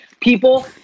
people